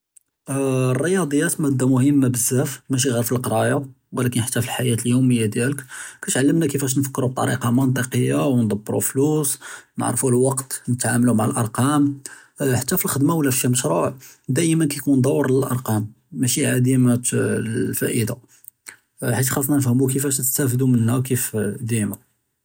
רִיַאדְיַאת מַדַּה מֻהִימָּה בְּזַאף מַאשִי גִּיר פַלְקְרַאיָה וּלָקִין חַתّى פַלְחַיַאת יְוְמִיַה דִיַאלֶך כּתְעַלְּמְנַא כִּיףַאש כּנְפַכְּרוּ בִּטְרִיקַה מַנְטִקִיַּה וּנְדַבְּרוּ פְּלוּס נְעַרְפוּ לְוַקְת נְתְעַאמְלוּ מַעַ אַלְאָרְקַּאם חַתّى פַלְחֻ'דְמַה וְלָא פִּשִי מְשְרוּע דַאִימָא כּיְקוּן דוּר לְאָלְאָרְקַּאם מַאשִי עֲדִימָה אֶלְפַאִידָה חֵית חַאסְנַא נְפַהְמוּ כִּיףַאש נִסְתַאפְדוּ מִנָּהּוּ כִּיף דַאִימָא.